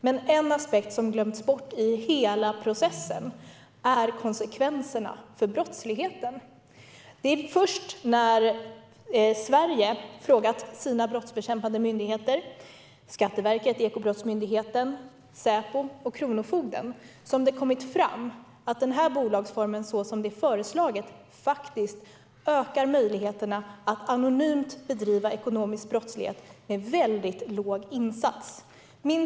Men en aspekt som glömts bort i hela processen är konsekvenserna för brottsligheten. Det är först när Sverige frågat sina brottsbekämpande myndigheter, Skatteverket, Ekobrottsmyndigheten, Säpo och Kronofogdemyndigheten, som det har kommit fram att den föreslagna bolagsformen faktiskt ökar möjligheterna att anonymt bedriva ekonomisk brottslighet med låg insats.